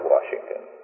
Washington